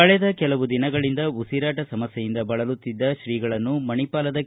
ಕಳೆದ ಕೆಲವು ದಿನಗಳಿಂದ ಉಸಿರಾಟ ಸಮಸ್ಕೆಯಿಂದ ಬಳಲುತ್ತಿದ್ದ ಅವರನ್ನು ಮಣಿಪಾಲದ ಕೆ